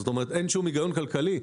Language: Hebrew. זאת אומרת, אין שום הגיון כלכלי.